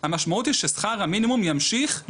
המשמעות היא ששכר המינימום ימשיך להישחק,